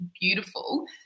beautiful